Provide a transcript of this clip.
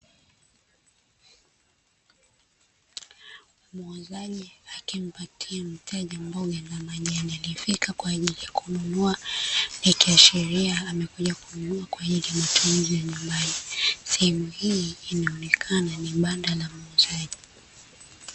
Muuzaji akimpatia mtEja mboga za majani alifika kwa ajili ya kununua sheria amekuja kujua kwa ajili ya matumizi ya nyumbani sehemu hii inaonekana ni banda la muuzaji.